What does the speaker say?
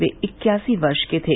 वे इक्यासी वर्ष के थे